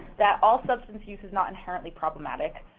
that all substance use is not inherently problematic,